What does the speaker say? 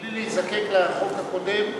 בלי להיזקק לחוק הקודם,